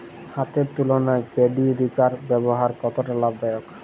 হাতের তুলনায় paddy reaper ব্যবহার কতটা লাভদায়ক?